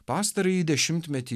pastarąjį dešimtmetį